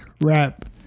rap